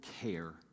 care